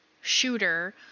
shooter